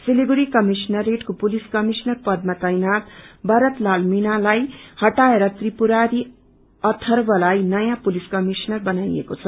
सिलगढ़ी कमिश्नरेटको police commissioner पदामा तैनात भतरत लाल मीणालाई हटाएर त्रिपुरारी अथर्वलाई नयाँ पुलिस कमिश्नर बनाईएको छ